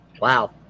Wow